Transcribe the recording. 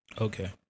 Okay